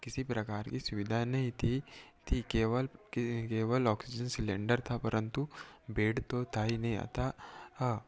किसी प्रकार की सुविधा नहीं थी थी केवल के केवल ऑक्सीजन सिलेंडर था परन्तु बेड तो था ही नहीं अतः अ